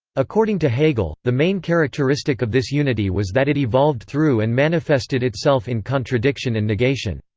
according to hegel, the main characteristic of this unity was that it evolved through and manifested itself in contradiction and negation.